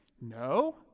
No